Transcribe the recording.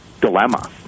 dilemma